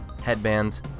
headbands